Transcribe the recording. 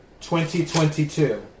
2022